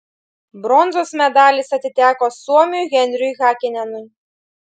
bronzos medalis atiteko suomiui henriui hakinenui